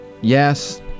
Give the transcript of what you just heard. Yes